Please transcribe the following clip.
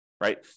right